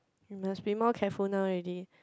you must be more careful now already